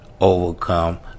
overcome